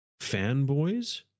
Fanboys